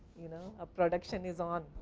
you know a production is on,